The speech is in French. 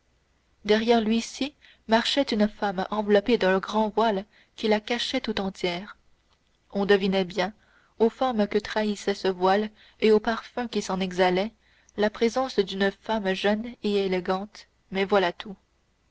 derrière l'huissier marchait une femme enveloppée d'un grand voile qui la cachait tout entière on devinait bien aux formes que trahissait ce voile et aux parfums qui s'en exhalaient la présence d'une femme jeune et élégante mais voilà tout